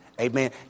Amen